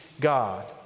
God